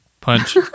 punch